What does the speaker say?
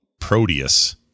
Proteus